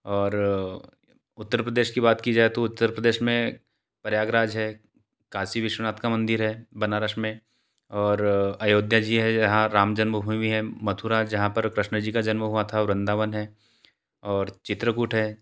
और उत्तर प्रदेश की बात की जाए तो उत्तर प्रदेश में प्रयागराज है काशी विश्वनाथ का मंदीर है बनारस में और अयोध्या जी है जहाँ राम जन्मभूमि है मथुरा जहाँ पर कृष्ण जी का जन्म हुआ था व्रन्दावन है और चित्रकूट है